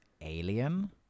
Alien